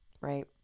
right